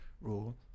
rule